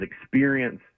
experience